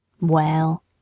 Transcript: Well